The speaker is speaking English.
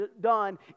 done